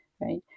right